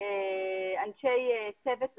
ריאיונות עם אנשי צוות רפואי,